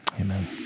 amen